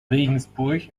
regensburg